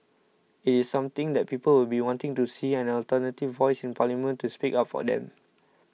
it is something that people will be wanting to see an alternative voice in parliament to speak up for them